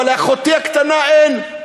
אבל לאחותי הקטנה אין,